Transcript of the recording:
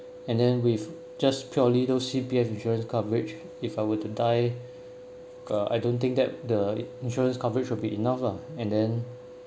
and then with just purely those C_P_F insurance coverage if I were to die uh I don't think that the insurance coverage will be enough lah and then